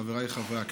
חבריי חברי הכנסת,